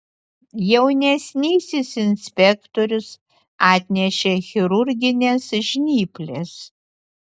jaunesnysis inspektorius atnešė chirurgines žnyples